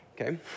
okay